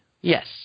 yes